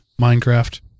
Minecraft